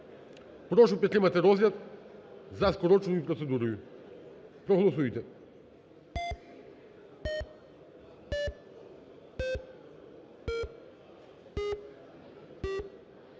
прошу підтримати розгляд за скороченою процедурою. Проголосуйте.